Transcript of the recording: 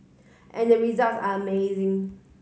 and the results are amazing